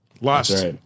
lost